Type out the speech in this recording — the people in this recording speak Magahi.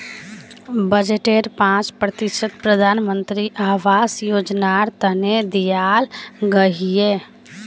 बजटेर पांच प्रतिशत प्रधानमंत्री आवास योजनार तने दियाल गहिये